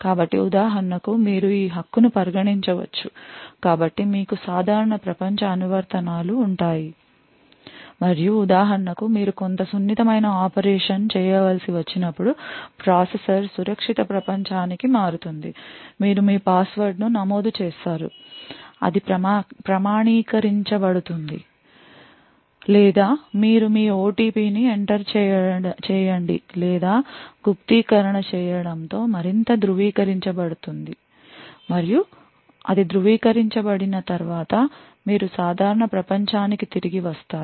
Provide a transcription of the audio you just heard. కాబట్టి ఉదాహరణకు మీరు ఈ హక్కును పరిగణించవచ్చు కాబట్టి మీకు సాధారణ ప్రపంచ అనువర్తనాలు ఉంటాయి మరియు ఉదాహరణకు మీరు కొంత సున్నితమైన ఆపరేషన్ చేయవలసి వచ్చినప్పుడు ప్రాసెసర్ సురక్షిత ప్రపంచానికి మారుతుంది మీరు మీ పాస్వర్డ్ను నమోదు చేస్తారు అది ప్రామాణీకరించబడుతుంది లేదా మీరు మీ OTP ని ఎంటర్ చేయండి లేదా గుప్తీకరణ చేయడంతో మరింత ధృవీకరించబడుతుంది మరియు అది ధృవీకరించబడిన తర్వాత మీరు సాధారణ ప్రపంచానికి తిరిగి వస్తారు